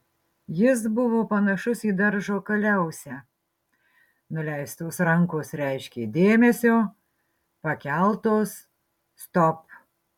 jis buvo panašus į daržo kaliausę nuleistos rankos reiškė dėmesio pakeltos stop